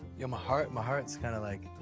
yeah my heart. my heart's kind of like